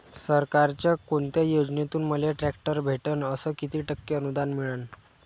सरकारच्या कोनत्या योजनेतून मले ट्रॅक्टर भेटन अस किती टक्के अनुदान मिळन?